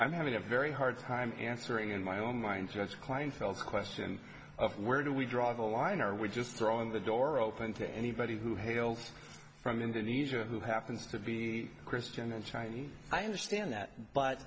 i'm having a very hard time answering in my own mind just kleinfeld question of where do we draw the line are we just throwing the door open to anybody who hails from indonesia who happens to be christian and chinese i understand that but